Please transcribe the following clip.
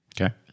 Okay